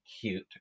cute